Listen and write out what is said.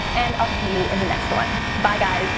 and i'll see you in the next one. bye guys.